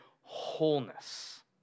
wholeness